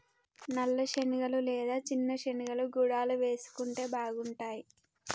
నల్ల శనగలు లేదా చిన్న శెనిగలు గుడాలు వేసుకుంటే బాగుంటాయ్